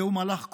זהו מהלך כולל,